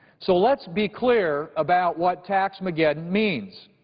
so let's be clear about what tax-mageddon means.